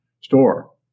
store